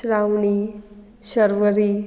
Shravani Sharvari